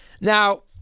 Now